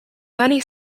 many